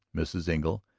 mrs. engle,